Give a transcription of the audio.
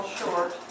short